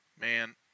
Man